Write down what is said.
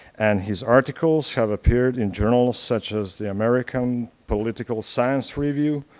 and his articles have appeared in journals such as the american political science review,